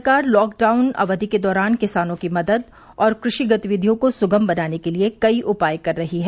सरकार लॉकडाउन अवधि के दौरान किसानों की मदद और कृषि गतिविधियों को सुगम बनाने के लिए कई उपाय कर रही है